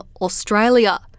Australia